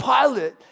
Pilate